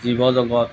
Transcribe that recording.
জীৱজগত